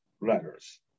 letters